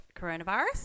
coronavirus